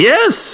Yes